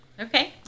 Okay